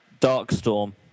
Darkstorm